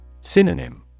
Synonym